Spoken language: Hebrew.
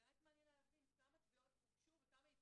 באמת מעניין להבין כמה תביעות הוגשו וכמה התקבלו בכלל.